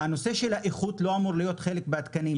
והנושא של האיכות לא אמור להיות חלק מהתקנים.